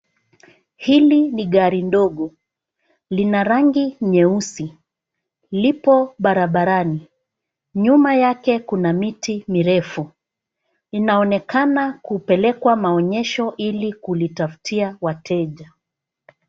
Hili ni gari ndogo. Lina rangi nyeusi. Lipo barabarani. Nyuma yake kuna miti mirefu. Inaonekana kupelekwa maonyesho ili kulitafutia wateja.